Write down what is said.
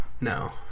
No